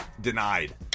denied